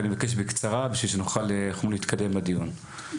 רק אני מבקש בקצרה בשביל שנוכל להתקדם בדיון.